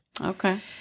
Okay